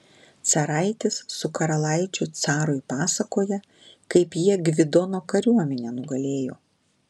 caraitis su karalaičiu carui pasakoja kaip jie gvidono kariuomenę nugalėjo